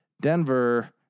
Denver